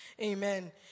Amen